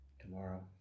tomorrow